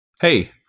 Hey